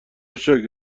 شکر